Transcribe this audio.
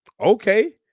Okay